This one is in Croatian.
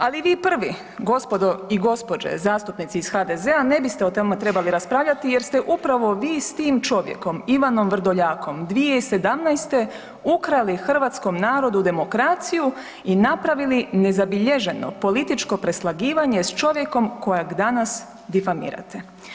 Ali vi prvi gospodo i gospođe zastupnici iz HDZ-a ne biste o tome trebali raspravljati jer ste upravo vi s tim čovjekom Ivanom Vrdoljakom 2017. ukrali hrvatskom narodu demokraciju i napravili nezabilježeno političko preslagivanje s čovjekom kojeg danas difamirate.